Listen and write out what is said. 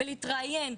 להתראיין,